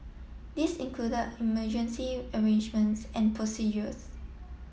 this include emergency arrangements and procedures